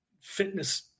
fitness